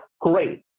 Great